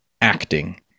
acting